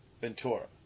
Ventura